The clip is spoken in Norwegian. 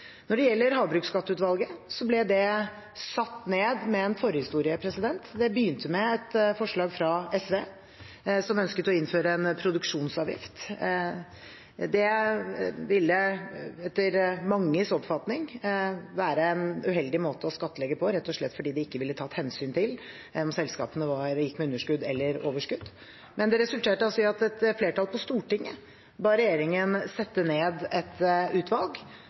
Når det gjelder Havbruksskatteutvalget, så ble det satt ned med en forhistorie. Det begynte med et forslag fra SV, som ønsket å innføre en produksjonsavgift. Det ville etter manges oppfatning være en uheldig måte å skattlegge på, rett og slett fordi det ikke ville tatt hensyn til om selskapene gikk med underskudd eller overskudd, men det resulterte altså i at et flertall på Stortinget ba regjeringen sette ned et utvalg.